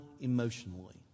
emotionally